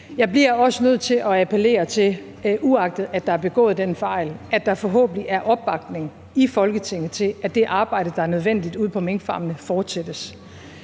Jeg bliver også nødt til at appellere til – uagtet at der er begået den fejl – at der forhåbentlig er opbakning i Folketinget til, at det arbejde, der er nødvendigt ude på minkfarmene, fortsættes.